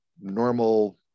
normal